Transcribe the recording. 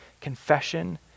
confession